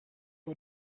for